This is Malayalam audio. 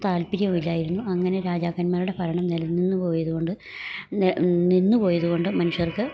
താൽപര്യവുമില്ലായിരുന്നു അങ്ങനെ രാജാക്കന്മാരുടെ ഭരണം നിലനിന്ന് പോയത് കൊണ്ട് നിന്ന് പോയത് കൊണ്ട് മനുഷ്യർക്ക്